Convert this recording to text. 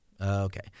Okay